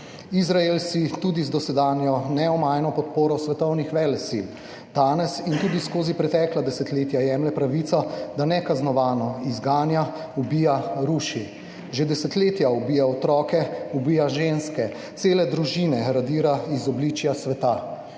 Izrael si tudi z dosedanjo neomajno podporo svetovnih velesil danes in tudi skozi pretekla desetletja jemlje pravico, da nekaznovano izganja, ubija, ruši. Že desetletja ubija otroke, ubija ženske, cele družine radira iz obličja sveta.